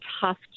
tough